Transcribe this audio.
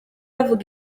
avuga